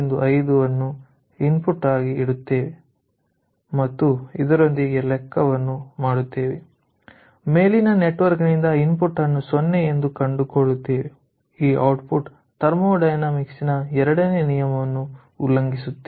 5 ಅನ್ನು ಇನ್ಪುಟ್ ಆಗಿ ಇಡುತ್ತೇವೆ ಮತ್ತು ಅದರೊಂದಿಗೆ ಲೆಕ್ಕಾವನ್ನು ಮಾಡುತ್ತೇವೆ ಮೇಲಿನ ನೆಟ್ವರ್ಕ್ನಿಂದ ಇನ್ಪುಟ್ ಅನ್ನು 0 ಎಂದು ಕಂಡುಕೊಳ್ಳುತ್ತೇವೆ ಈ ಔಟ್ಪುಟ್ ಥರ್ಮೋಡೈನಾಮಿಕ್ಸ್ ನ ಎರಡನೇ ನಿಯಮವನ್ನು ಉಲ್ಲಂಘಿಸುತ್ತಿಲ್ಲ